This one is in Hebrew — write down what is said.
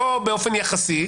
לא באופן יחסי.